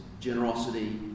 generosity